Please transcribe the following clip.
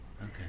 Okay